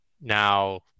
Now